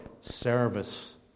service